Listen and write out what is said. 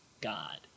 God